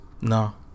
No